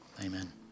amen